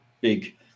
big